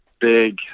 big